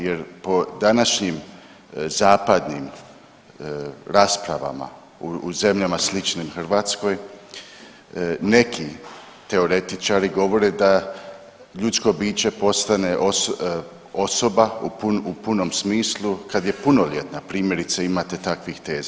Jer po današnjim zapadnim rasprava u zemljama sličnim Hrvatskoj neki teoretičari govore da ljudsko biće postane osoba u punom smislu kad je punoljetna, primjerice, imate takvih teza.